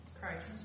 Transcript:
Christ